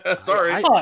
Sorry